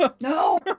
No